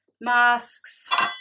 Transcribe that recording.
masks